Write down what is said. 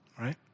Right